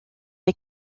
est